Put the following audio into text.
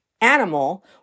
animal